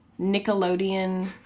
Nickelodeon